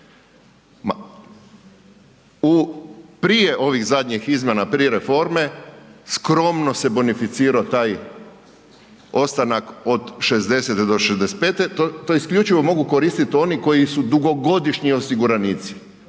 Prije ovih zadnjih izmjena, prije reforme, skromno se bonificirao taj ostanak od 60-te do 65-te, to isključivo mogu koristiti oni koji su dugogodišnji osiguranici,